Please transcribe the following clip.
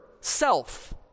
self